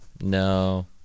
No